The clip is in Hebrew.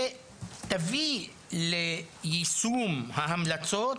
שתביא ליישום ההמלצות,